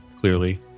clearly